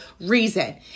reason